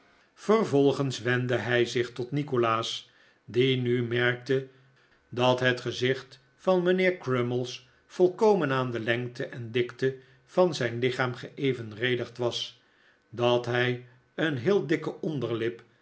vervolgens wendde hij zich tot nikolaas die nu merkte dat het gezicht van mijnheer crummies volkomen aan de lengte en dikte van zijn lichaam geevenredigd was dat hij een heel dikke onderlip